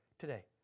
today